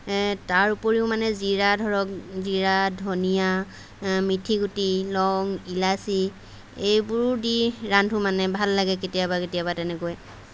এ তাৰ উপৰিও মানে জিৰা ধৰক জিৰা ধনিয়া আ মিথিগুটি লং ইলাচি এইবোৰো দি ৰান্ধোঁ মানে ভাল লাগে কেতিয়াবা কেতিয়াবা তেনেকৈ